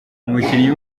umukinnyi